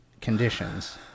conditions